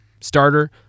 starter